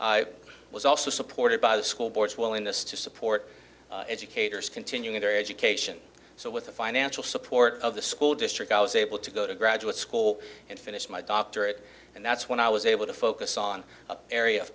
here was also supported by the school boards willingness to support educators continuing their education so with the financial support of the school district i was able to go to graduate school and finish my doctorate and that's when i was able to focus on the area of